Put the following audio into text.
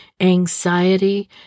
Anxiety